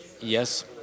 Yes